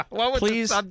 please